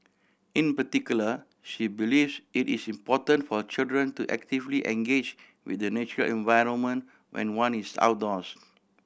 in particular she believes it is important for children to actively engage with the natural environment when one is outdoors